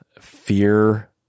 fear